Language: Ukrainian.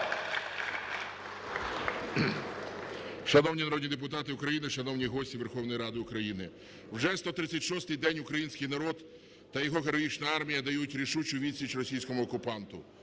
Шановні народні депутати України, шановні гості Верховної Ради України! Вже 136 день український народ та його героїчна армія дають рішучу відсіч російському окупанту.